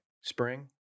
Spring